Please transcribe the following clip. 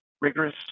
rigorous